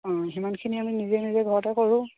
অঁ সিমানখিনি আমি নিজে নিজে ঘৰতে কৰোঁ